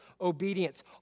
obedience